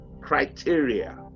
criteria